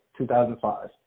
2005